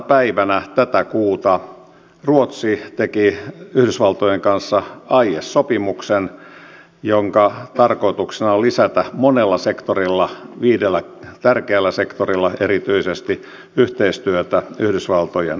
päivänä tätä kuuta ruotsi teki yhdysvaltojen kanssa aiesopimuksen jonka tarkoituksena on lisätä monella sektorilla viidellä tärkeällä sektorilla erityisesti yhteistyötä yhdysvaltojen kanssa